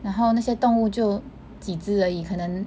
然后那些动物就几只而已可能